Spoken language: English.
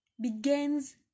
begins